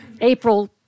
April